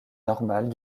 normale